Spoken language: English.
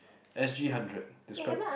S_G hundred describe